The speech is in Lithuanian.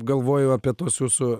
galvoju apie tuos jūsų